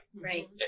Right